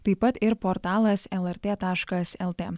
taip pat ir portalas lrt taškas lt